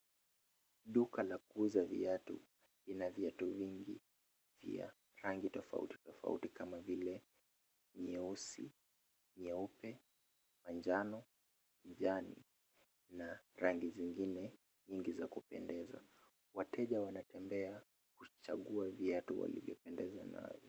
Duka la kuuza viatu ina viatu vingi, pia rangi tofauti tofauti kama vile nyeupe, nyeusi, manjano, kijani na rangi zingine nyingi za kupendeza. Wateja wanatembea kuchagua viatu walivyopendezwa navyo.